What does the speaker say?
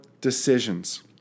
decisions